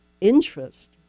interest